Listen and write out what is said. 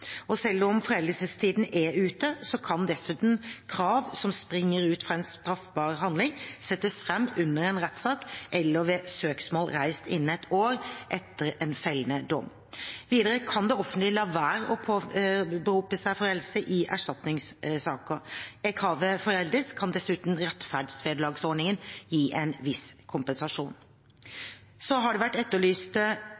Selv om foreldelsestiden er ute, kan dessuten krav som springer ut fra en straffbar handling, settes fram under en rettssak eller ved søksmål reist innen ett år etter en fellende dom. Videre kan det offentlige la være å påberope seg foreldelse i erstatningssaker. Er kravet foreldet, kan dessuten rettferdsvederlagsordningen gi en viss kompensasjon.